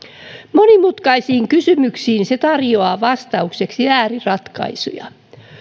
monimutkaisiin kysymyksiin se tarjoaa vastaukseksi ääriratkaisuja